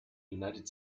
united